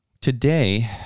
today